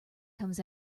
comes